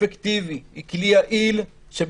אני חושב שהרבה מאוד אנשים,